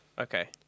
Okay